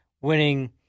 winning